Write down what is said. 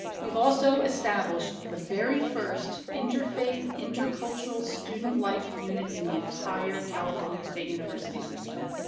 we've also established the very first interfaith, intercultural student life unit in the entire california state university system.